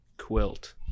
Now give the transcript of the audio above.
Quilt